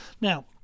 Now